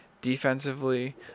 defensively